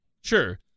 Sure